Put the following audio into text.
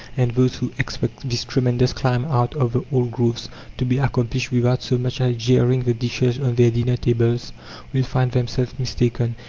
and those who expect this tremendous climb out of the old grooves to be accomplished without so much as jarring the dishes on their dinner tables will find themselves mistaken.